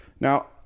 now